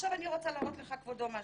עכשיו אני רוצה להראות לך, כבודו, משהו.